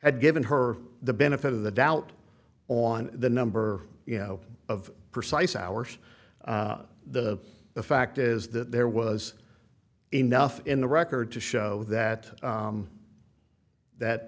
had given her the benefit of the doubt on the number you know of precise hours the fact is that there was enough in the record to show that that